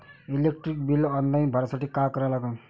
Electric bill online भरासाठी का करा लागन?